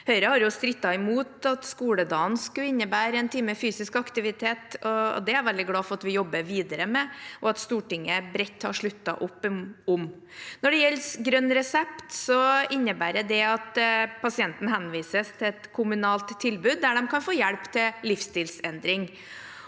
Høyre har jo strittet imot at skoledagen skal innebære en time fysisk aktivitet. Det er jeg veldig glad for at vi jobber videre med, og at Stortinget bredt har sluttet opp om. Når det gjelder grønn resept, innebærer det at pasienten henvises til et kommunalt tilbud der de kan få hjelp til livsstilsendring.